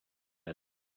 yet